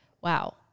wow